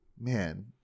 man